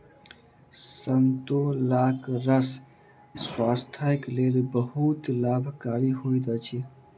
संतोलाक रस स्वास्थ्यक लेल बहुत लाभकारी होइत अछि